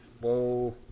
Whoa